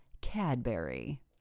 Cadbury